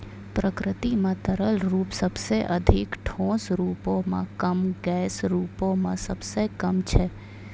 प्रकृति म तरल रूप सबसें अधिक, ठोस रूपो म कम, गैस रूपो म सबसे कम छै